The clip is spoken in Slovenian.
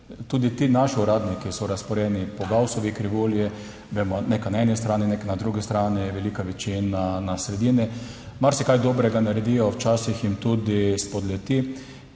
tudi ti naši uradniki so razporejeni po Gaussovi krivulji, vemo, nekaj na eni strani, na drugi strani, velika večina na sredini. Marsikaj dobrega naredijo, včasih jim tudi spodleti.